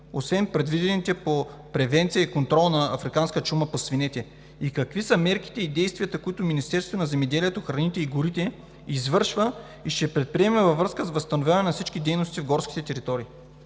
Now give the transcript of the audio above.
освен предвидените по превенция и контрол на африканската чума по свинете, и какви са мерките и действията, които Министерството на земеделието, храните и горите извършва и ще предприеме във връзка с възстановяване на всички дейности в горските територии?